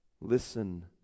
listen